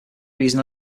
reason